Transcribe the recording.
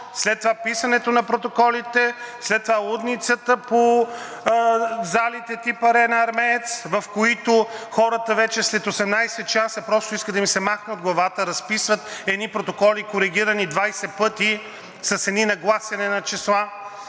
след това писането на протоколите, след това лудницата по залите тип „Арена Армеец“, в които хората вече след 18 часа просто искат да им се махне от главата, разписват едни протоколи, коригирани 20 пъти с едно нагласяне на числа.